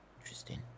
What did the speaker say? Interesting